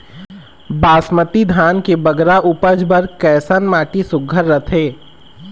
बासमती धान के बगरा उपज बर कैसन माटी सुघ्घर रथे?